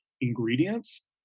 ingredients